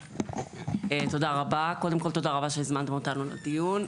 קודם כל תודה רבה שהזמנתם אותנו לדיון,